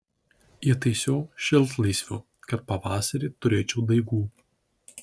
įtaisiau šiltlysvių kad pavasarį turėčiau daigų